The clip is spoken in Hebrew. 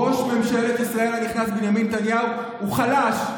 ראש ממשלת ישראל הנכנס בנימין נתניהו הוא חלש,